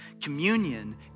Communion